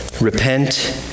Repent